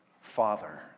Father